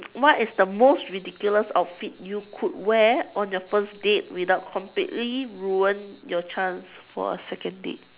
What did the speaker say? what is the most ridiculous outfit you could wear on your first date without completely ruin your chance for a second date